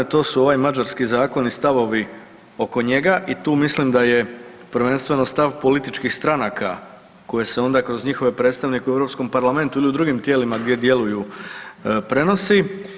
To su ovaj mađarski zakon i stavovi oko njega i tu mislim da je prvenstveno stav političkih stranaka koje se onda kroz njihove predstavnike u Europskom parlamentu ili u drugim tijelima gdje djeluju prenosi.